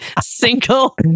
single